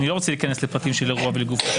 אני לא רוצה להיכנס לפרטים של אירוע ולגופו של אדם.